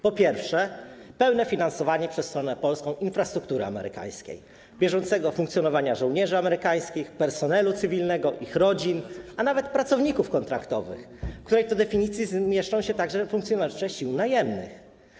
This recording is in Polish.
Po pierwsze, chodzi o pełne finansowanie przez stronę polską infrastruktury amerykańskiej, bieżącego funkcjonowania żołnierzy amerykańskich, personelu cywilnego, ich rodzin, a nawet pracowników kontraktowych, w której to definicji mieszczą się także funkcjonariusze sił najemnych.